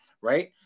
right